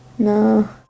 No